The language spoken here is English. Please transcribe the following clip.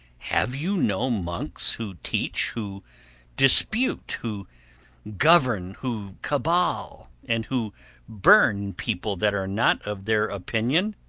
have you no monks who teach, who dispute, who govern, who cabal, and who burn people that are not of their opinion?